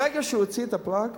ברגע שהוא הוציא את הפלאג,